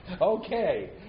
okay